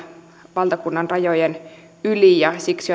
valtakunnan rajojen yli siksi